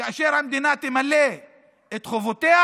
כאשר המדינה תמלא את חובותיה,